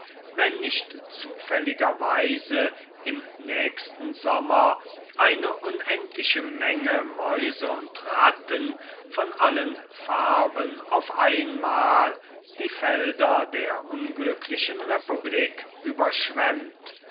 wenn nicht unglücklicherweise im nächsten sommer eine unendliche menge mäuse und ratten von allen farben auf einmal die felder der unglücklichen republik überschwemmt